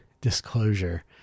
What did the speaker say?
disclosure